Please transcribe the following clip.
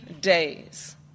days